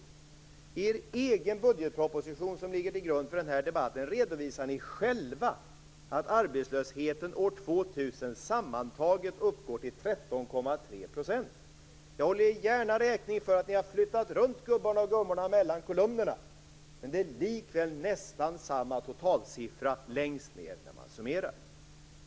I er egen budgetproposition, som ligger till grund för den här debatten, redovisar ni själva att arbetslösheten år 2000 sammantaget uppgår till 13,3 %. Jag håller er gärna räkning för att ni har flyttat runt gubbarna och gummorna mellan kolumnerna, men det är likväl nästan samma totalsiffra längst ned när man summerar.